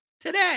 today